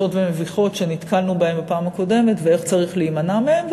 ומביכות שנתקלנו בהן בפעם הקודמת ואיך צריך להימנע מהן.